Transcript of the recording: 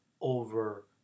over